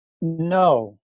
no